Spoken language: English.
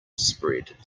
spread